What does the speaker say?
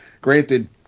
granted